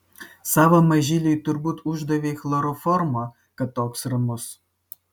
savo mažyliui turbūt uždavei chloroformo kad toks ramus